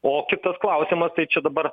o kitas klausimas tai čia dabar